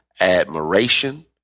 admiration